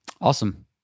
Awesome